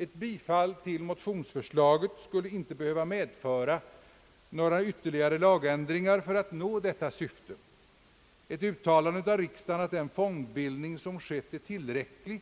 Ett bifall till motionsförslaget skulle inte behöva medföra några ytterligare lagändringar för ett förverkligande av detta syfte. Ett uttalande av riksdagen, att den fondbildning som skett är tillräcklig,